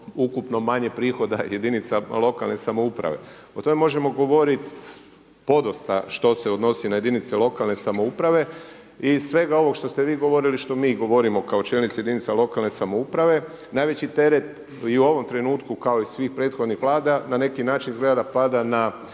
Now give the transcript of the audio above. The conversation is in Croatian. ukupno manje prihoda jedinica lokalne samouprave. O tome možemo govoriti podosta što se odnosi na jedince lokalne samouprave. Iz svega ovog što ste vi govorili, što mi govorimo kao čelnici jedinica lokalne samouprave najveći teret i u ovom trenutku kao i svih prethodnih Vlada na neki način izgleda da pada